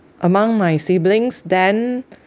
among my siblings then